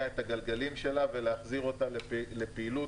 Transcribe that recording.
את הגלגלים שלה ולהחזיר אותה לפעילות.